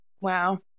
Wow